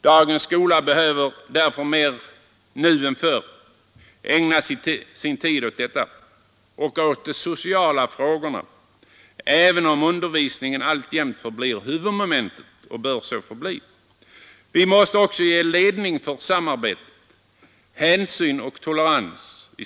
Dagens skola behöver därför mera nu än förr ägna sin tid åt de sociala frågorna, även om undervisningen alltjämt bör förbli huvudmomentet. Vi måste också ge ledning för samarbete, hänsyn och tolerans.